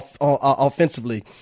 offensively